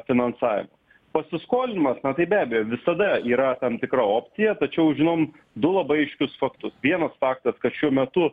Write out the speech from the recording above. finansavimo pasiskolinimas na tai be abejo visada yra tam tikra opcija tačiau žinom du labai aiškius faktus vienas faktas kad šiuo metu